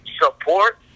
support